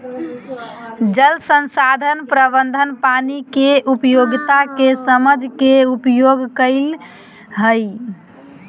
जल संसाधन प्रबंधन पानी के उपयोगिता के समझ के उपयोग करई हई